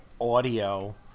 audio